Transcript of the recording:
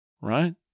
right